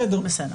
בסדר.